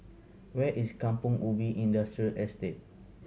where is Kampong Ubi Industrial Estate